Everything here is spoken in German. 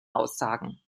aussagen